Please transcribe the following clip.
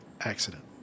accident